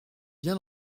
bien